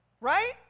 Right